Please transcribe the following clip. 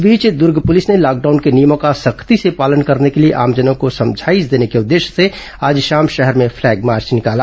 इस बीच दुर्ग पुलिस ने लॉकडाउन के नियमों का सख्ती से पालन करने के लिए आमजनों को समझाईश देने के उद्देश्य से आज शाम शहर में फ्लैग मार्च निकाला